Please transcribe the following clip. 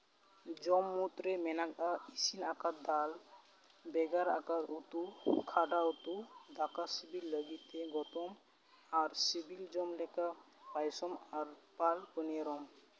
ᱡᱚᱢ ᱢᱩᱫᱽᱨᱮ ᱢᱮᱱᱟᱜᱼᱟ ᱤᱥᱤᱱ ᱟᱠᱟᱫ ᱫᱟᱹᱞ ᱵᱷᱮᱜᱟᱨ ᱟᱠᱟᱫ ᱩᱛᱩ ᱠᱷᱟᱰᱟ ᱩᱛᱩ ᱫᱟᱠᱟ ᱥᱤᱵᱤᱞ ᱞᱟᱹᱜᱤᱫ ᱛᱮ ᱜᱚᱛᱚᱢ ᱟᱨ ᱥᱤᱵᱤᱞ ᱡᱚᱢ ᱞᱮᱠᱟ ᱯᱚᱭᱥᱟᱢ ᱟᱨ